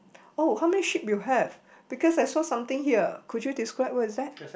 oh how many sheep you have because I saw something here could you describe what is that